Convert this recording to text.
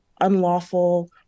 unlawful